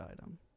item